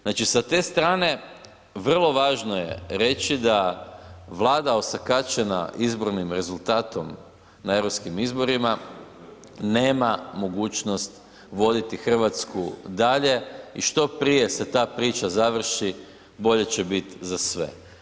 Znači, sa te strane vrlo važno je reći da vlada osakaćena izbornim rezultatom na europskim izborima nema mogućnost voditi Hrvatsku dalje i što prije se ta priča završi bolje će biti za sve.